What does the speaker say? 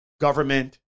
government